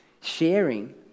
sharing